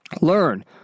learn